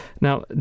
Now